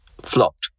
flopped